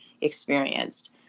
experienced